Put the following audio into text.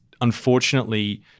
unfortunately